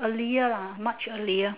earlier ah much earlier